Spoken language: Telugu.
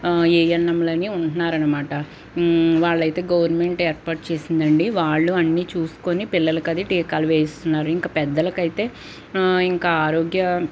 ఏఎన్ఎంలని ఉంటున్నారనమాట వాళ్ళైతే గవర్నమెంట్ ఏర్పాటు చేసిందండి వాళ్ళు అన్నీ చూసుకొని పిల్లలకదీ టీకాలు వేయిస్తున్నారు ఇంక పెద్దలకైతే ఇంకా ఆరోగ్య